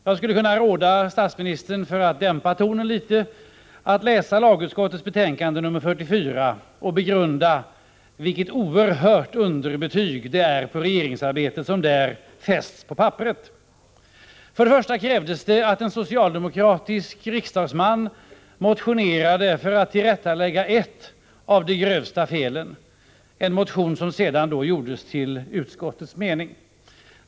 Jag skulle kunna råda statsministern, för att dämpa tonen litet, att läsa lagutskottets betänkande nr 44 och begrunda vilket oerhört underbetyg för regeringsarbetet som där fästs på papperet. Först och främst krävdes det att en socialdemokratisk riksdagsman motionerade för att tillrättalägga ett av de grövsta felen, en motion som sedan gjordes till utskottets mening.